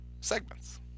segments